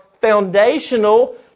foundational